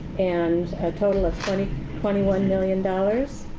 and a total of twenty twenty one million dollars.